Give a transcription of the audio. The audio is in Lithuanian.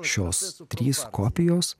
šios trys kopijos